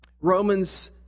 Romans